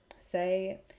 say